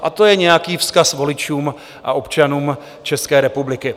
A to je nějaký vzkaz voličům s občanům České republiky.